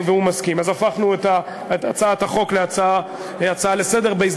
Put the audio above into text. אז הפכנו את הצעת החוק להצעה לסדר-היום.